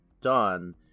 done